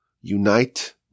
unite